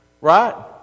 right